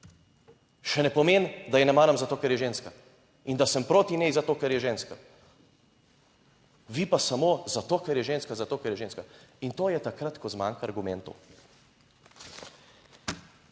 še ne pomeni, da je ne maram zato, ker je ženska, in da sem proti njej zato, ker je ženska. Vi pa samo zato, ker je ženska, zato ker je ženska, in to je takrat, ko zmanjka argumentov.